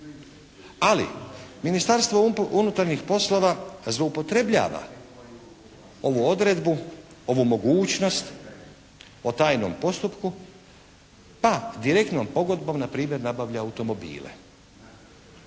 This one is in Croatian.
Ali, Ministarstvo unutarnjih poslova zloupotrebljava ovu odredbu, ovu mogućnost o tajnom postupku, pa direktnom pogodbom na primjer nabavlja automobile.